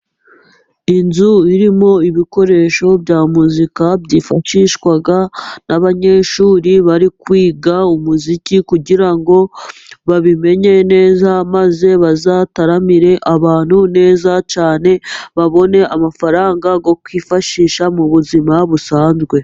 Inzu irimo ibikoresho bya muzika byifashishwa n'abanyeshuri bari kwiga umuziki, kugira ngo babimenye neza maze bazataramire abantu neza cyane babone amafaranga yo kwifashisha mu buzima busanzwe.